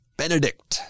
benedict